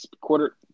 quarter